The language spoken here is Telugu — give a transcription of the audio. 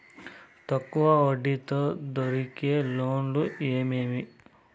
తక్కువ వడ్డీ తో దొరికే లోన్లు ఏమేమి